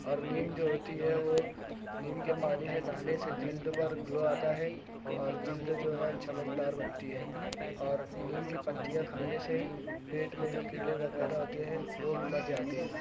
اور نیم جو ہوتی ہے وہ نیم کے پانی سے نہانے سے جلد پر گلو آتا ہے اور جلد جو ہے چمکدار بنتی ہے اور نیم کی پتیاں کھانے سے پیٹ میں جو کیڑے وغیرہ ہوتے ہیں وہ بھی مر جاتے ہیں